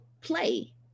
play